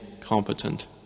competent